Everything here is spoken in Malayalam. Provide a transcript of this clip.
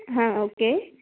ആ ഓക്കെ